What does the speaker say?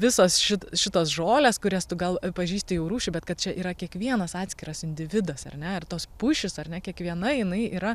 visos ši šitos žolės kurias tu gal pažįsti jų rūšį bet kad čia yra kiekvienas atskiras individas ar ne ir tos pušys ar ne kiekviena jinai yra